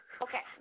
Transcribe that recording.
Okay